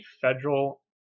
federal